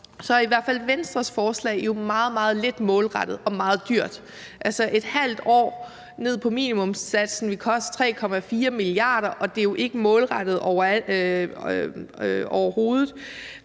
er i hvert fald Venstres forslag jo meget, meget lidt målrettet og meget dyrt. Altså ½ år nede på minimumssatsen ville koste 3,4 mia. kr., og det er jo overhovedet